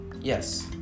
yes